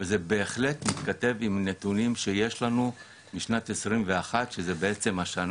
וזה בהחלט מתכתב עם נתונים שיש לנו משנת 2021 שהיא בעצם השנה